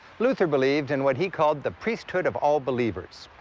luther believed in what he called the priesthood of all believers.